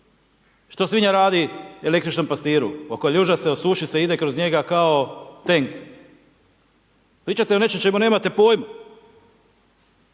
Što svinja radi električnom pastiru, okoljuža se, osuši se i ide kroz njega kao tenk. Pričate o nečem o čemu nemate pojma,